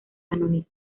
canónica